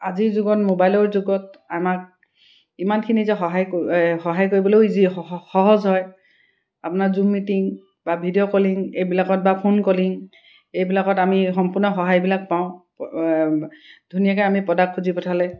আজিৰ যুগত মোবাইলৰ যুগত আমাক ইমানখিনি যে সহায় সহায় কৰিবলৈও ইজি সহজ হয় আপোনাৰ জুম মিটিং বা ভিডিঅ' কলিং এইবিলাকত বা ফোন কলিং এইবিলাকত আমি সম্পূৰ্ণ সহায়বিলাক পাওঁ ধুনীয়াকৈ আমি প্ৰডাক্ট খুজি পঠালে